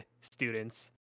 students